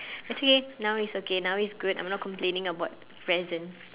actually now is okay now is good I'm not complaining about present